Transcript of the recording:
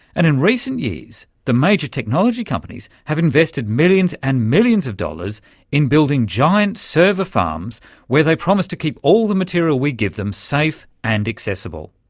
and in recent years the major technology companies have invested millions and millions of dollars in building giant server farms where they promise to keep all the material we give them safe and accessible.